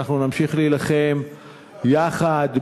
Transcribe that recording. אנחנו נמשיך להילחם יחד,